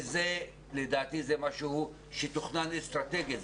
וזה משהו שתוכנן אסטרטגית.